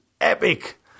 epic